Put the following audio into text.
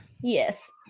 Yes